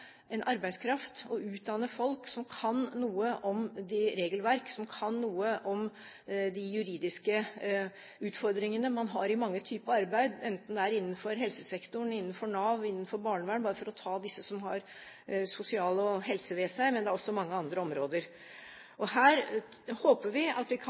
en arbeidskraft og utdanne folk som kan noe om det regelverket og de juridiske utfordringene man har i mange typer arbeid, enten det er innenfor helsesektoren, Nav eller barnevernet – bare for å ta disse som omhandler sosial og helse, men det er også mange andre områder. Vi håper vi kan